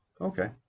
Okay